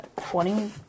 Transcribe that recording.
Twenty